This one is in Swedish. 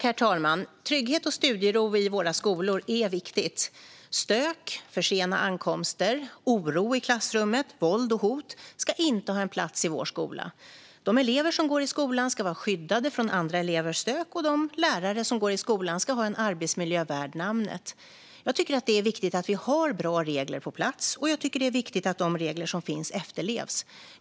Herr talman! Trygghet och studiero i våra skolor är viktigt. Stök, för sena ankomster, oro i klassrummet och våld och hot ska inte ha en plats i vår skola. De elever som går i skolan ska vara skyddade från andra elevers stök, och de lärare som arbetar i skolan ska ha en arbetsmiljö värd namnet. Jag tycker att det är viktigt att vi har bra regler på plats, och jag tycker att det är viktigt att de regler som finns efterlevs.